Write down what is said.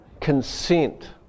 consent